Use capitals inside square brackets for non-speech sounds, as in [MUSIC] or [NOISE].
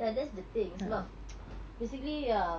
ya that's the thing sebab [NOISE] basically ya